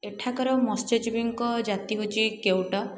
ଏଠାକାର ମତ୍ସଜୀବିଙ୍କ ଜାତି ହେଉଛି କେଉଟ